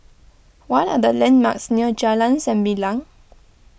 what are the landmarks near Jalan Sembilang